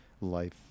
life